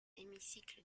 hémicycle